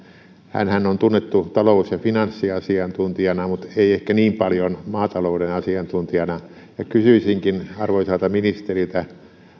hänhän on tunnettu talous ja finanssiasiantuntijana mutta ei ehkä niin paljon maatalouden asiantuntijana kysyisinkin arvoisalta ministeriltä